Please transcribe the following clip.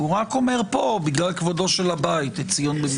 הוא רק אומר פה בגלל כבודו של הבית את "ציון במשפט תיפדה".